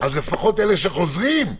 אז לפחות אלה שחוזרים,